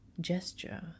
Gesture